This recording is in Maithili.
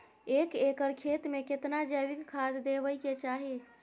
एक एकर खेत मे केतना जैविक खाद देबै के चाही?